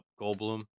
Goldblum